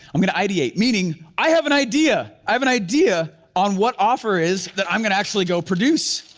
i'm gonna ideate, meaning, i have an idea, i have an idea on what offer is that i'm gonna actually go produce.